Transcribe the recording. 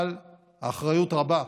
אבל האחריות רבה,